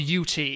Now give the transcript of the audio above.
UT